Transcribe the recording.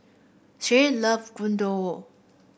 Shay love Gyudon